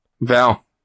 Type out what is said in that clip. Val